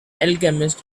alchemist